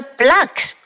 blocks